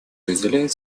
разделяют